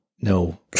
No